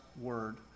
word